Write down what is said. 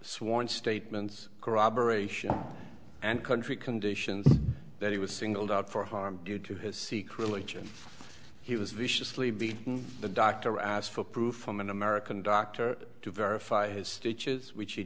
sworn statements corroboration and country conditions that he was singled out for harm due to his secretly he was viciously beaten the doctor asked for proof from an american doctor to verify his stitches which he